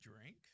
drink